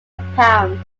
compound